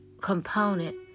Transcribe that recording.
component